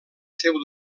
seu